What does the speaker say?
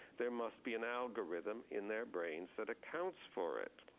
there must be an algorithm in their brains that accounts for it?